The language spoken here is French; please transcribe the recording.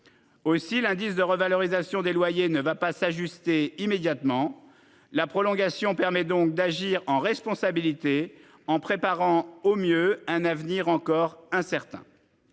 Aussi, l'indice de revalorisation des loyers ne va pas s'ajuster immédiatement. La prolongation permet donc d'agir en responsabilité, en préparant au mieux un avenir encore incertain.